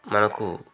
మనకు